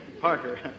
Parker